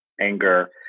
anger